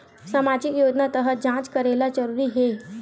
सामजिक योजना तहत जांच करेला जरूरी हे